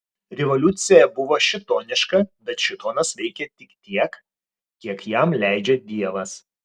revoliucija buvo šėtoniška bet šėtonas veikia tik tiek kiek jam leidžia dievas